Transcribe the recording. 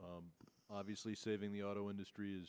chairman obviously saving the auto industry is